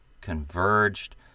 converged